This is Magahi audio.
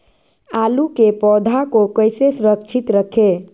आलू के पौधा को कैसे सुरक्षित रखें?